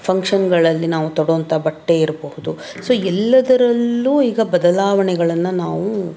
ಫಂಕ್ಷನ್ಗಳಲ್ಲಿ ನಾವು ತೊಡೋಂತ ಬಟ್ಟೆಯಿರಬಹುದು ಸೊ ಎಲ್ಲದರಲ್ಲೂ ಈಗ ಬದಲಾವಣೆಗಳನ್ನು ನಾವು